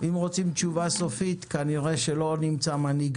אם רוצים תשובה סופית כנראה שלא נמצא מנהיג